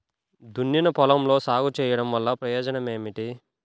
దున్నిన పొలంలో సాగు చేయడం వల్ల ప్రయోజనం ఏమిటి?